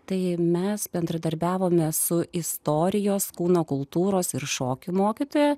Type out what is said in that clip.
tai mes bendradarbiavome su istorijos kūno kultūros ir šokių mokytoja